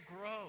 grow